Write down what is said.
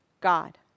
God